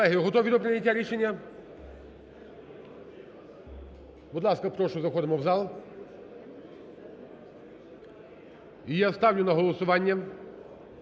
Колеги, готові до прийняття рішення? Будь ласка, прошу, заходимо в зал. І я ставлю на голосування